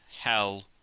hell